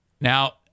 now